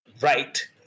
right